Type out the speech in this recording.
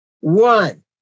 One